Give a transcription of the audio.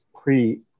pre-